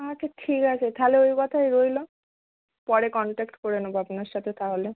আচ্ছা ঠিক আছে তাহলে ওই কথাই রইলো পরে কন্ট্যাক্ট করে নেবো আপনার সাথে তাহলে